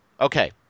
okay